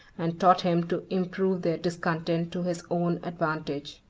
and taught him to improve their discontent to his own advantage.